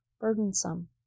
burdensome